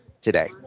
today